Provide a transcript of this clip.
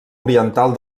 oriental